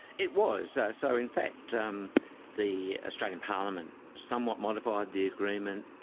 it was. so in fact um the australian parliament somewhat modified the agreement,